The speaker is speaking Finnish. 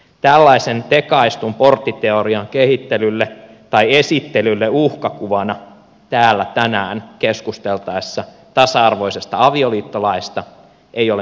tällaisen tekaistun porttiteorian kehittelylle tai esittelylle uhkakuvana täällä tänään keskusteltaessa tasa arvoisesta avioliittolaista ei ole mitään perusteita